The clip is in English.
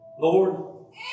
Lord